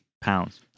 Pounds